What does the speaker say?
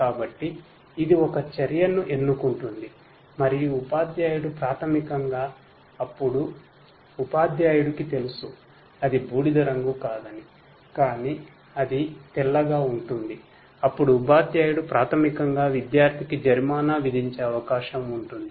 కాబట్టి ఇది ఒక చర్యను ఎన్నుకుంటుంది మరియు ఉపాధ్యాయుడు ప్రాథమికంగా అప్పుడు ఉపాధ్యాయుడికి తెలుసు అది బూడిదరంగు కాదని కానీ అది తెల్లగా ఉంటుంది అప్పుడు ఉపాధ్యాయుడు ప్రాథమికంగా విద్యార్థికి జరిమానా విధించే అవకాశం ఉంటుంది